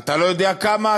אתה לא יודע כמה,